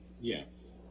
Yes